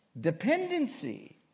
dependency